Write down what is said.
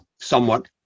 somewhat